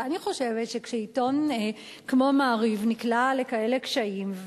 ואני חושבת שכשעיתון כמו "מעריב" נקלע לכאלה קשיים,